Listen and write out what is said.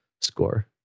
score